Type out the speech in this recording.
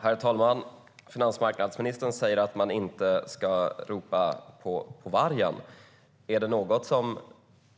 Herr talman! Finansmarknadsministern säger att man inte ska ropa på vargen. Är det något som